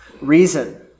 reason